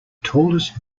tallest